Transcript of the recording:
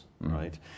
Right